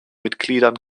mitgliedern